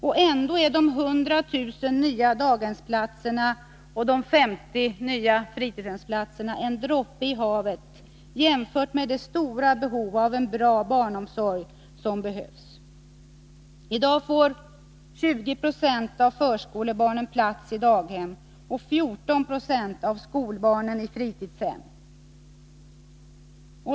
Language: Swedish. Och ändå är de 100 000 nya daghemsplatserna och de 50 000 nya fritidshemsplatserna en droppe i havet jämfört med det stora behov som finns. I dag får 20 20 av förskolebarnen plats i daghem och 14 96 av skolbarnen i fritidshem.